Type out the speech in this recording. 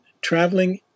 traveling